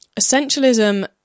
Essentialism